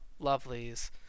lovelies